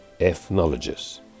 ethnologists